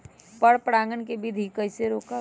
पर परागण केबिधी कईसे रोकब?